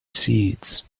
seeds